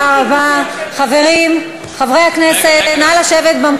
סליחה, חברת הכנסת מירב בן ארי, סיימתי.